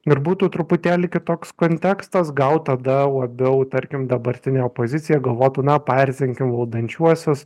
ir būtų truputėlį kitoks kontekstas gal tada labiau tarkim dabartinė opozicija galvotų na paerzinkim valdančiuosius